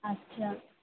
আচ্ছা